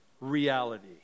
reality